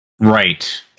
right